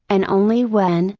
and only when,